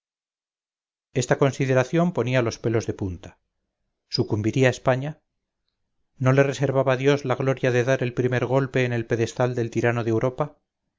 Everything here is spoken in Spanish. esta consideración ponía los pelos de punta sucumbiría españa no le reservaba dios la gloria de dar el primer golpe en el pedestal del tirano de europa